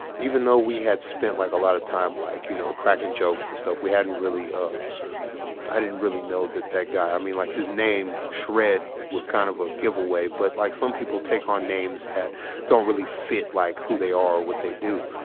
even though we had spent like a lot of time like you know cracking jokes and stuff, we hadn't really, ah i didn't really know that that guy, i mean like his name, shred, was kind of a giveaway, but like some people take on names that don't really fit like who they are or what they do.